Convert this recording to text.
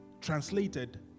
translated